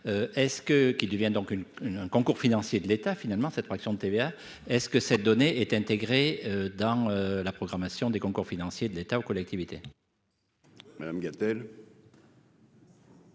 qui devient donc une une un concours financier de l'État finalement cette fraction de TVA est-ce que cette donnée est intégré dans la programmation des concours financiers de l'État aux collectivités. Madame Gatel.